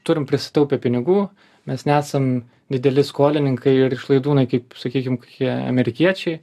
turim prisikaupę pinigų mes nesam dideli skolininkai ir išlaidūnai kaip sakykim kokie amerikiečiai